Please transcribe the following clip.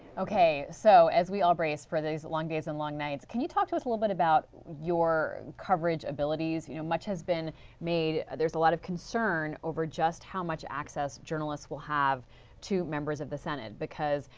okay. so, as we all brace for these long days and long nights, can you talk to was a little bit about your coverage abilities? you know much has been made, there is a lot of concern over just how much access journalists will have to members of the senate. because,